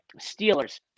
Steelers